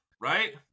right